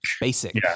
Basic